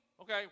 Okay